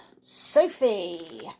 Sophie